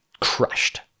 crushed